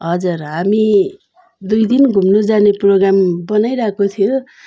हजुर हामी दुई दिन घुम्नु जाने प्रोग्राम बनाइरहेको थियो